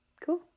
Cool